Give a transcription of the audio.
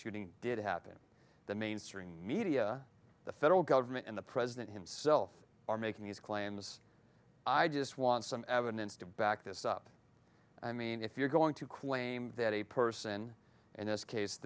shooting did happen the mainstream media the federal government and the president himself are making these claims i just want some evidence to back this up i mean if you're going to claim that a person in this case